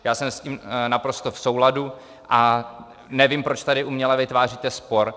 Já jsem s tím naprosto v souladu a nevím, proč tady uměle vytváříte spor.